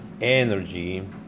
energy